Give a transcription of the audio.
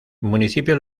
municipio